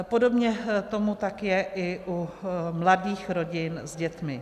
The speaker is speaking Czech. Podobně tomu tak je i u mladých rodin s dětmi.